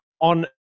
on